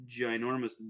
ginormous